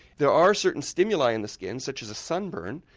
there are certain stimuli in the skin such as a sunburn,